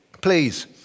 please